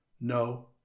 no